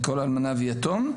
"כל אלמנה ויתום".